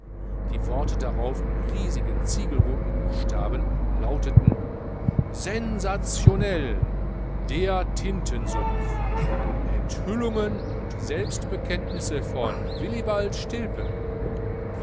die worte darauf in riesigen ziegelroten buchstaben lauteten sensationell der tintensumpf enthüllungen und selbstbekenntnisse von willibald stilpe